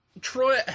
Troy